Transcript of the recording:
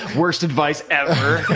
worst advice ever.